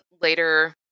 later